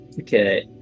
Okay